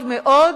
מאוד, מאוד.